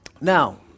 now